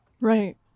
Right